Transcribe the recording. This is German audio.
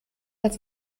als